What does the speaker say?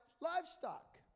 livestock